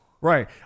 Right